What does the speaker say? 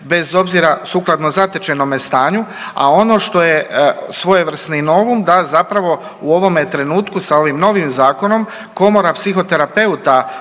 bez obzira sukladno zatečenome stanju, a ono što je svojevrsni novum da zapravo u ovome trenutku sa ovim novim zakonom Komora psihoterapeuta